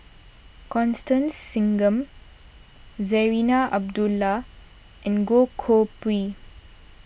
Constance Singam Zarinah Abdullah and Goh Koh Pui